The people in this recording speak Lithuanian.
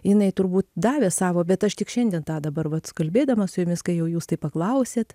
jinai turbūt davė savo bet aš tik šiandien tą dabar vat kalbėdama su jumis kai jau jūs taip paklausėt